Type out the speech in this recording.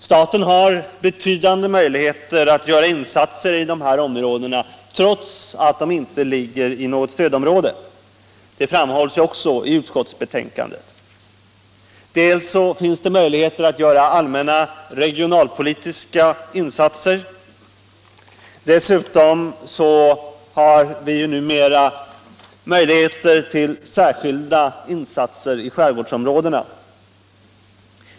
Staten har betydande möjligheter att göra insatser i de här områdena, trots att de inte ligger i något stödområde; det framhålls också i utskottets betänkande. Dels kan vi göra allmänna regionalpolitiska insatser, dels har vi numera möjligheter till särskilda insatser i skärgårdsområdena.